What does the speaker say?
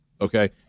Okay